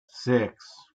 six